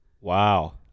Wow